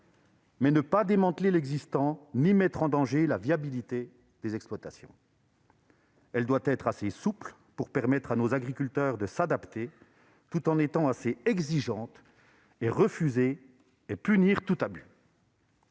mais pas démanteler l'existant ni mettre en danger la viabilité des exploitations. Elle doit être assez souple pour permettre à notre agriculture de s'adapter, tout en étant assez exigeante pour refuser et punir tout abus.